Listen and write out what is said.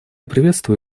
приветствую